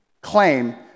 claim